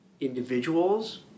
individuals